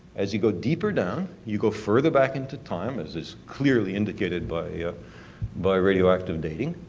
as you go deeper down, you go further back into time, as is clearly indicated by by radioactive dating,